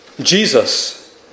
Jesus